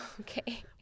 okay